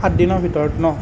সাত দিনৰ ভিতৰত ন